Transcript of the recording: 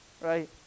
right